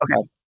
okay